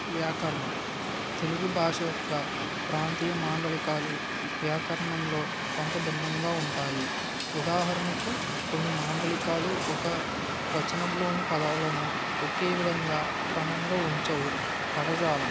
వ్యాకరణం తెలుగు భాష యొక్క ప్రాంతీయ మాండలికాలు వ్యాకరణంలో కొంత భిన్నంగా ఉంటాయి ఉదాహరణకు కొన్ని మాండలికాలు ఒక వచనంలోని పదాలను ఒకే విధంగా క్రమంలో ఉంచవు పదజాలం